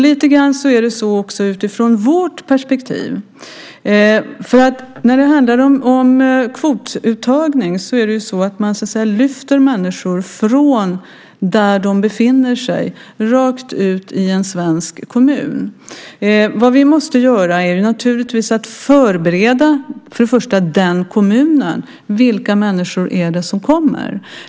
Lite grann är det också så utifrån vårt perspektiv. När det handlar om kvotuttagning lyfter man så att säga människor från där de befinner sig rakt ut i en svensk kommun. Vi måste naturligtvis för det första förbereda den kommunen. Vilka människor är det som kommer?